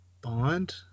Bond